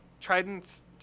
Trident's